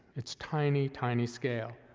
it's tiny, tiny scale.